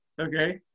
okay